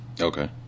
Okay